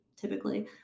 typically